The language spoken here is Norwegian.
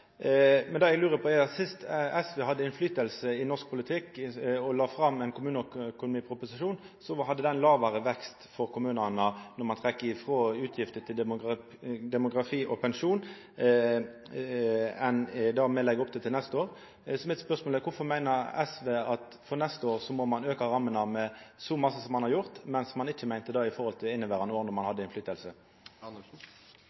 med nokre millionar i forhold til Senterpartiet. Sist SV hadde påverknad på norsk politikk og la fram ein kommuneøkonomiproposisjon, inneheldt proposisjonen lågare vekst for kommunane når ein trekkjer frå utgifter til demografi og pensjon, enn det me legg opp til for neste år. Mitt spørsmål er: Kvifor meiner SV at ein for neste år må auka rammene med så mykje som man har gjort, medan ein ikkje meinte det same for dette året, då ein hadde høve til